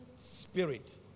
Spirit